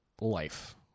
life